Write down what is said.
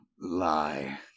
lie